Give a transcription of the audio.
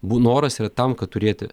bu noras yra tam kad turėti